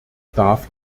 darf